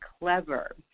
clever